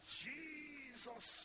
jesus